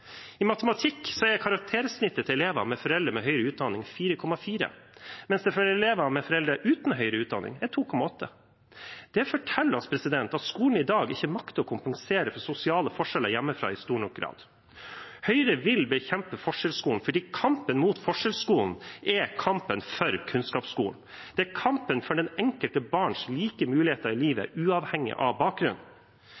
I matematikk er karaktersnittet til elever med foreldre med høyere utdanning 4,4, mens det for elever med foreldre uten høyere utdanning er 2,8. Det forteller oss at skolen i dag ikke makter å kompensere for sosiale forskjeller hjemmefra i stor nok grad. Høyre vil bekjempe forskjellsskolen fordi kampen mot forskjellsskolen er kampen for kunnskapsskolen. Det er kampen for det enkelte barns like muligheter i livet